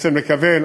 בעצם נקבל,